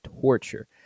torture